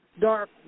dark